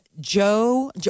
Joe